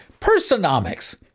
personomics